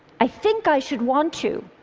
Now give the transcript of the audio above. i think i should want to,